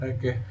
Okay